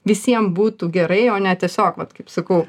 visiem būtų gerai o ne tiesiog vat kaip sakau